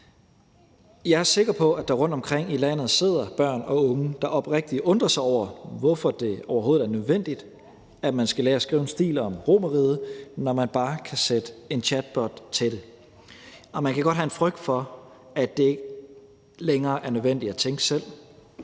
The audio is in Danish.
Jeg er sikker på, at der rundtomkring i landet sidder børn og unge, der oprigtigt undrer sig over, hvorfor det overhovedet er nødvendigt, at man skal lære at skrive en stil om Romerriget, når man bare kan sætte en chatbot til det, og man kan godt have en frygt for, at det ikke længere er nødvendigt at tænke selv;